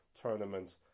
tournament